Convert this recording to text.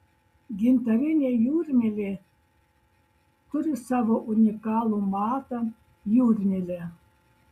gintarinė jūrmylė turi savo unikalų matą jūrmylę